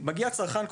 מגיע צרכן,